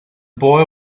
boy